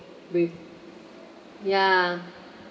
with ya